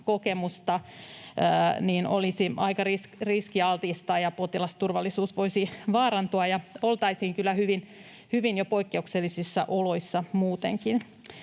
kokemusta, niin se olisi aika riskialtista ja potilasturvallisuus voisi vaarantua, ja oltaisiin kyllä jo hyvin poikkeuksellisissa oloissa muutenkin.